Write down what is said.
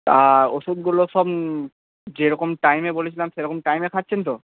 তা ওষুধগুলো সব যেরকম টাইমে বলেছিলাম সেরকম টাইমে খাচ্ছেন তো